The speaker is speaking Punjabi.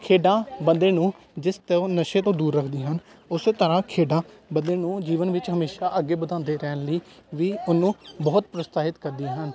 ਖੇਡਾਂ ਬੰਦੇ ਨੂੰ ਜਿਸ ਤੋਂ ਨਸ਼ੇ ਤੋਂ ਦੂਰ ਰੱਖਦੀਆਂ ਹਨ ਉਸ ਤਰ੍ਹਾਂ ਖੇਡਾਂ ਬੰਦੇ ਨੂੰ ਜੀਵਨ ਵਿੱਚ ਹਮੇਸ਼ਾ ਅੱਗੇ ਵਧਾਉਂਦੇ ਰਹਿਣ ਲਈ ਵੀ ਉਹਨੂੰ ਬਹੁਤ ਪ੍ਰੋਤਸ਼ਾਹਿਤ ਕਰਦੀਆਂ ਹਨ